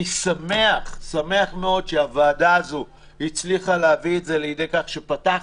אני שמח מאוד שהוועדה הזאת הצליחה להביא את זה לידי כך שפתחנו.